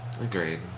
Agreed